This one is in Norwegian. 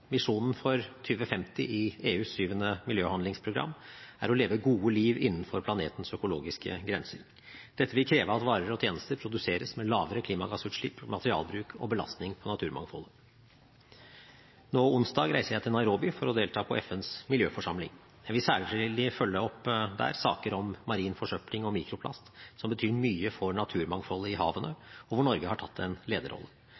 for 2050 i EUs syvende miljøhandlingsprogram er å leve gode liv innenfor planetens økologiske grenser. Dette vil kreve at varer og tjenester produseres med lavere klimagassutslipp, materialbruk og belastning på naturmangfoldet. På onsdag reiser jeg til Nairobi for å delta på FNs miljøforsamling. Der vil jeg særlig følge opp saker om marin forsøpling og mikroplast, noe som betyr mye for naturmangfoldet i havene, og hvor Norge har tatt en lederrolle.